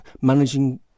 managing